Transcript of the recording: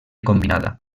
combinada